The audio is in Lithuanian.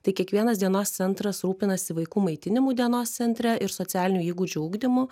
tai kiekvienas dienos centras rūpinasi vaikų maitinimu dienos centre ir socialinių įgūdžių ugdymu